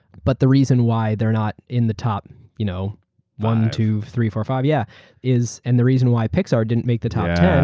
but the reason why they're not in the top you know one, two, three, four, five, yeah and the reason why pixar didn't make the top ten,